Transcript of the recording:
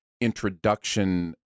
introduction